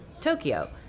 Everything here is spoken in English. Tokyo